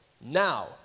Now